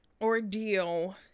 ordeal